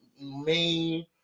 Main